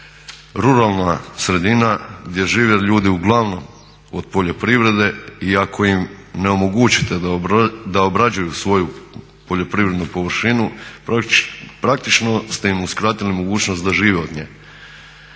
ruralna sredina gdje žive ljudi uglavnom od poljoprivrede i ako im ne omogućite da obrađuju svoju poljoprivrednu površinu praktično ste im uskratili mogućnost da žive od nje.